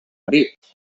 marit